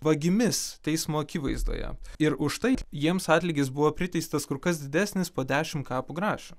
vagimis teismo akivaizdoje ir už tai jiems atlygis buvo priteistas kur kas didesnis po dešim kapų grašių